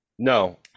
No